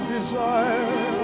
desire